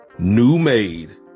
NewMade